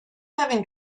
having